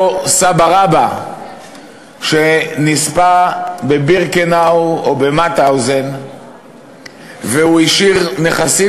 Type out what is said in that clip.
סבא-רבא שנספה בבירקנאו או במטהאוזן והוא השאיר נכסים?